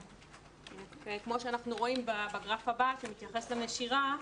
כמו שאנחנו רואים בגרף הבא שמתייחס לנשירה,